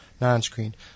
non-screened